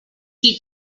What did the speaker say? qui